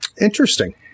Interesting